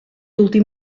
últim